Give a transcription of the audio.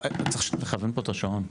צריך לכוון פה את השעון.